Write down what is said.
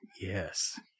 yes